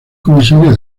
comisaría